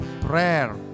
prayer